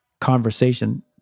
conversation